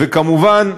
וכמובן,